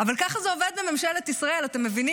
אבל כן ככה זה עובד בממשלת ישראל, אתם מבינים?